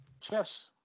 Chess